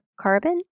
carbon